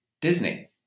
Disney